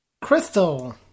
Crystal